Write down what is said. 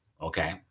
Okay